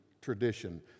tradition